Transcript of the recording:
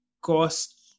cost